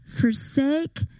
Forsake